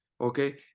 okay